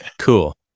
Cool